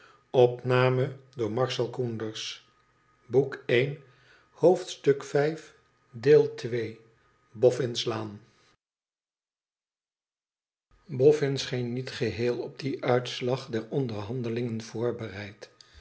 boffin scheen niet geheel op dien uitslag der onderhandelingen voorbereid